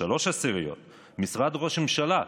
0.3%; משרד ראש הממשלה,